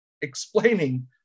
explaining